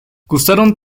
gustaron